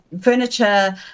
furniture